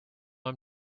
him